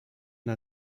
der